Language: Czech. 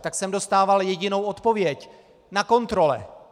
Tak jsem dostával jedinou odpověď: Na kontrole!